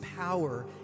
power